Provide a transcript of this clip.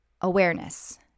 Awareness